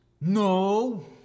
no